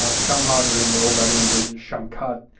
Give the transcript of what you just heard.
ah shamhat, or in the old babylonian version, shamkat,